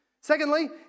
Secondly